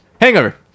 Hangover